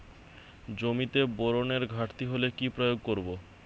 জমিতে বোরনের ঘাটতি হলে কি প্রয়োগ করব?